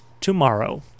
tomorrow